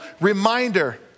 reminder